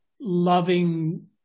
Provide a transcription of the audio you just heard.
loving